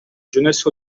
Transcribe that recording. jeunesse